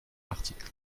l’article